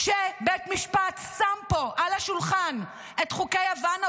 כשבית המשפט שם פה על השולחן את חוקי הוואנה,